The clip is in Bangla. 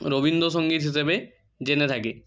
রবীন্দ্রসঙ্গীত হিসেবে জেনে থাকে